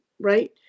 right